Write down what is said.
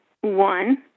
one